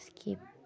skip